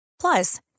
Plus